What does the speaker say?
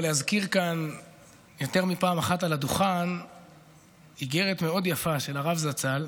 להזכיר כאן יותר מפעם אחת על הדוכן איגרת מאוד יפה של הרב זצ"ל.